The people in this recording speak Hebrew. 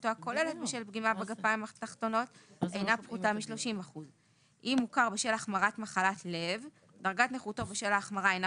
אם מתקיים בו אחד מאלה: אם הוכר בשל החמרת מחלה או חבלה בגפיים